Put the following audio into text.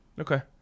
Okay